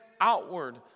outward